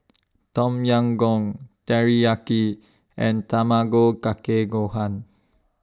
Tom Yam Goong Teriyaki and Tamago Kake Gohan